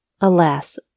alas